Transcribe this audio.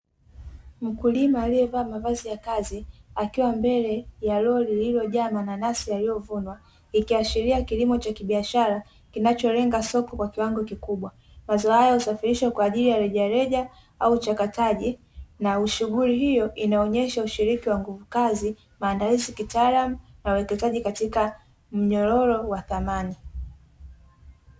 Mkulima aliyevaa mavazi ya kazi akiwa mbele ya lori, lililojaa mananasi yaliyovunwa, ikiashiria kilimo cha kibiashara kinacho lenga soko kwa kiwango kikubwa. Mazao hayo husafirishwa kwa ajili ya rejareja au uchakataji na shughuli hio inaonyesha ushiriki wa nguvu kazi maandalizi kitaalmu na uwekezaji katika mnyororo wa dhamani.